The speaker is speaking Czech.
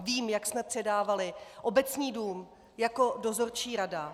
Vím, jak jsme předávali Obecní dům jako dozorčí rada.